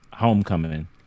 Homecoming